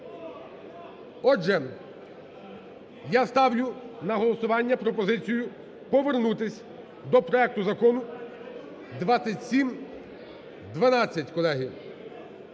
Отже, я ставлю на голосування пропозицію повернутися до проекту Закону 2712,